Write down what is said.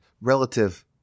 relative